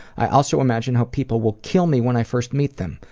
i also imagine how people will kill me when i first meet them.